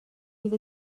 bydd